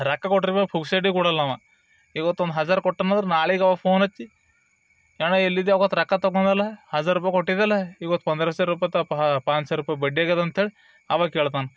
ರೊಕ್ಕ ಕೊಟ್ಟರು ಭಿ ಪುಕ್ಸಟೆ ಕೊಡಲ್ಲ ಅವ ಇವತ್ತು ಒಂದು ಹಝಾರು ಕೊಟ್ಟನಂದ್ರೆ ನಾಳೆಗ್ ಅವ ಫೋನ್ ಹಚ್ಚಿ ಅಣ್ಣಾ ಎಲ್ಲಿ ಇದ್ದಿ ಆವತ್ತು ರೊಕ್ಕ ತಗೊಂಡಲಾ ಹಝಾರ್ ರೂಪಾಯಿ ಕೊಟ್ಟಿದ್ಯಲ್ಲ ಇವತ್ತು ಪಂದ್ರಾಸೆ ರೂಪೈತಪ್ಪ ಪಾನ್ಸೆ ರೂಪಾಯಿ ಬಡ್ಡಿ ಆಗ್ಯಾದ ಅಂತ ಹೇಳಿ ಅವಾಗ ಕೇಳ್ತಾನೆ